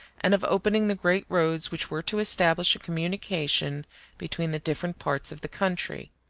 and of opening the great roads which were to establish a communication between the different parts of the country.